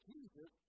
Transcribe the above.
Jesus